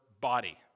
body